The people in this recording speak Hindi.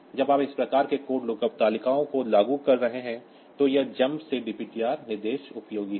जब आप इस प्रकार के कोड लुकअप तालिकाओं को लागू कर रहे हैं तो यह JMP से DPTR निर्देश उपयोगी है